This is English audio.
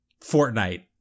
Fortnite